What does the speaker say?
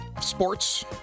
sports